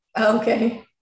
Okay